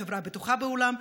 החברה הבטוחה בעולם,